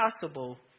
possible